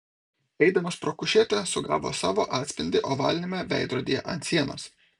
eidamas pro kušetę sugavo savo atspindį ovaliniame veidrodyje ant sienos